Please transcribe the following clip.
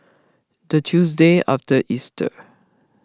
the Tuesday after Easter